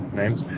names